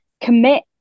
commit